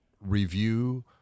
review